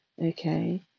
okay